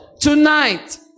Tonight